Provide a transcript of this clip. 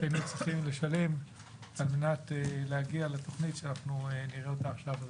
שהיינו צריכים לשלם על מנת להגיע לתוכנית שנראה עכשיו.